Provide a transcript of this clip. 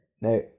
now